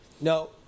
no